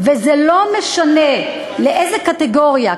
וזה לא משנה לאיזו קטגוריה,